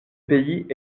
pays